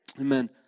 Amen